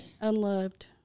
unloved